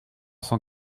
cent